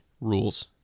rules